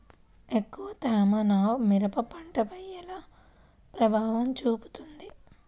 ఎక్కువ తేమ నా మిరప పంటపై ఎలా ప్రభావం చూపుతుంది?